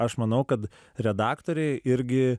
aš manau kad redaktoriai irgi